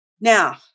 Now